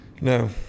No